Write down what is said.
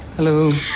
hello